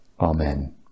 Amen